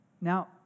Now